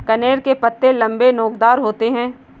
कनेर के पत्ते लम्बे, नोकदार होते हैं